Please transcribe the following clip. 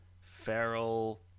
Feral